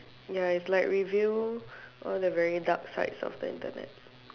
ya it's like reveal all the very dark sides of the Internet